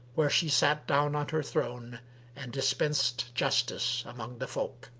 where she sat down on her throne and dispensed justice among the folk.